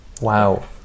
Wow